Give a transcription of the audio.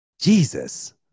Jesus